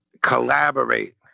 collaborate